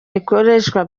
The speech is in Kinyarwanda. rikoresha